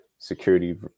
security